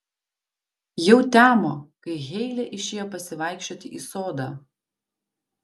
jau temo kai heile išėjo pasivaikščioti į sodą